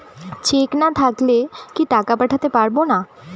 Check না থাকলে কি টাকা পাঠাতে পারবো না?